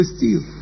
steal